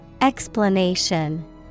Explanation